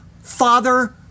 father